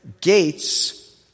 Gates